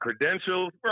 credentials